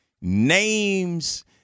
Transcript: names